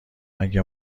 مگه